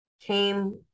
came